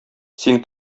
син